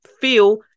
feel